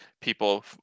people